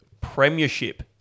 premiership